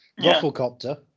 Rufflecopter